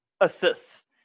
assists